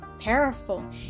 powerful